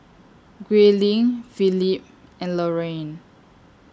Grayling Philip and Laraine